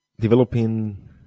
developing